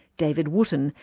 david wootton,